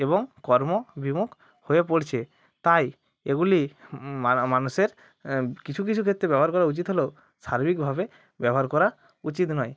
এবং কর্মবিমুখ হয়ে পড়ছে তাই এগুলি মানুষের কিছু কিছু ক্ষেত্রে ব্যবহার করা উচিত হলেও শারীরিকভাবে ব্যবহার করা উচিত নয়